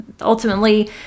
ultimately